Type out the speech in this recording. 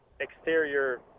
exterior